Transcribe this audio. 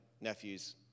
nephew's